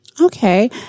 okay